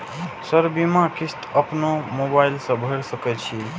Sir बीमा किस्त अपनो मोबाईल से भर सके छी?